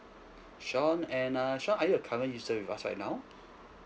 shawn and uh shawn are you a current user with us right now